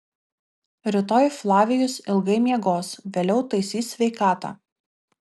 rytoj flavijus ilgai miegos vėliau taisys sveikatą